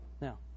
Now